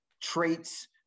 traits